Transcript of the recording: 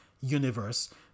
universe